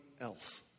else